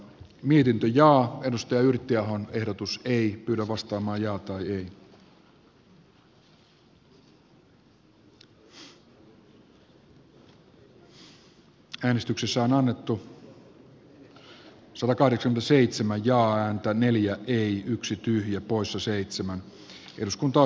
suomen osallistuminen sotilaalliseen resolute support operaatioon afganistanissa on muutettava ykn johtamaksi siviilioperaatioksi joka tukee maan jälleenrakentamista sekä edesauttaa poliittisen dialogin ja rauhanprosessin aikaansaamista